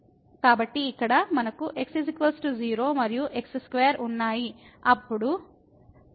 కాబట్టి ఇక్కడ మనకు x 0 మరియు x2 ఉన్నాయి అప్పుడు y మళ్ళీ x2 అవుతుంది